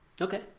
Okay